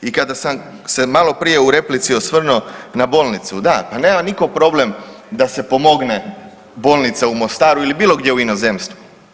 I kada sam se malo prije u replici osvrnuo na bolnicu, da pa nema nitko problem da se pomogne bolnica u Mostaru ili bilo gdje u inozemstvu.